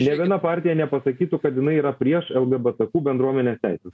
nė viena partija nepasakytų kad jinai yra prieš lgbt bendruomenės teises